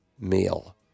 meal